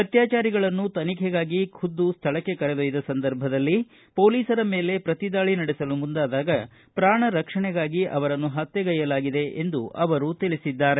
ಆತ್ಮಾಚಾರಿಗಳನ್ನು ತನಿಖೆಗಾಗಿ ಖುದ್ದು ಸ್ಥಳಕ್ಕೆ ಕರೆದೊಯ್ದ ಸಂದರ್ಭದಲ್ಲಿ ಹೋಲಿಸರ ಮೇಲೆ ಪ್ರತಿದಾಳ ನಡೆಸಲು ಮುಂದಾದಾಗ ಪ್ರಾಣ ರಕ್ಷಣೆಗಾಗಿ ಅವರನ್ನು ಪತ್ಯೆಗೈಯಲಾಗಿದೆ ಎಂದು ಅವರು ತಿಳಿಸಿದ್ದಾರೆ